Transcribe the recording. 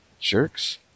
Jerks